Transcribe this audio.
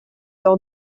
leur